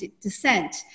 descent